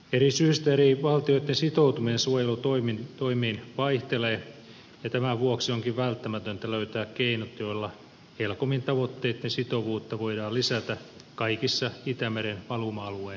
eri syistä eri valtioitten sitoutuminen suojelutoimiin vaihtelee ja tämän vuoksi onkin välttämätöntä löytää keinot joilla helcomin tavoitteitten sitovuutta voidaan lisätä kaikissa itämeren valuma alueen maissa